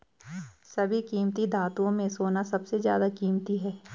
सभी कीमती धातुओं में सोना सबसे ज्यादा कीमती है